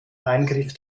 eingriff